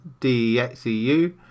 DEXEU